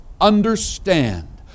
understand